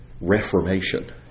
reformation